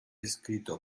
escrito